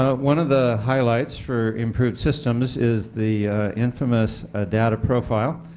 ah one of the highlights for improved systems is the infamous ah data profile.